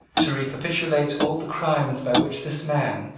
to recapitulate all the crimes, by which this man,